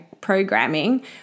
programming